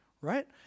right